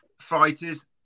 fighters